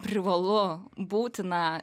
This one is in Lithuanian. privalu būtina